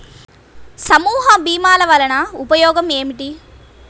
సమూహ భీమాల వలన ఉపయోగం ఏమిటీ?